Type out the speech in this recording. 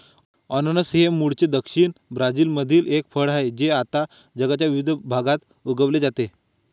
अननस हे मूळचे दक्षिण ब्राझीलमधील एक फळ आहे जे आता जगाच्या विविध भागात उगविले जाते